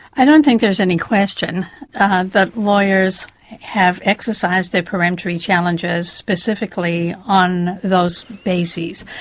i don't think there's any question that lawyers have exercised their peremptory challenges specifically on those bases.